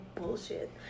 bullshit